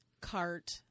cart